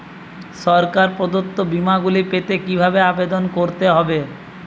সরকার প্রদত্ত বিমা গুলি পেতে কিভাবে আবেদন করতে হবে?